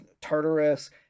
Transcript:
tartarus